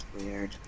weird